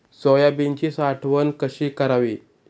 सोयाबीनची साठवण कशी करावी?